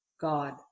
God